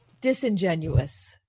disingenuous